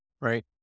right